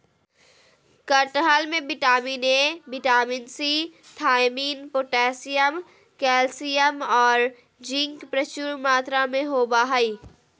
कटहल में vitamin A, vitamin C, thiamine, potassium, calcium औरो जिंक प्रचुर मात्रा में होबा हइ